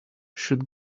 should